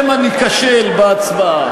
שמא ניכשל בהצבעה.